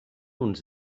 uns